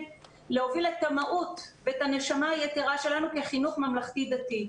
להוביל את המהות ואת הנשמה היתרה ש לנו כחינוך ממלכתי דתי.